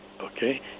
okay